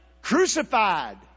crucified